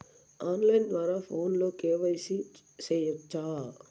on line ద్వారా ఫోనులో KYC సేయొచ్చా